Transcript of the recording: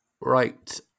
Right